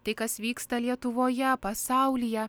tai kas vyksta lietuvoje pasaulyje